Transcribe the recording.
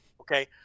Okay